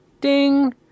Ding